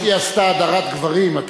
ושתי עשתה הדרת גברים.